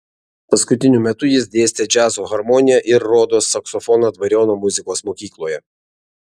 paskutiniu metu jis dėstė džiazo harmoniją ir rodos saksofoną dvariono muzikos mokykloje